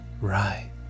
right